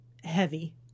heavy